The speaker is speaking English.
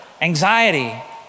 anxiety